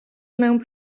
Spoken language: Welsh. mewn